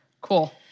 Cool